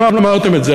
אתם לא אמרתם את זה,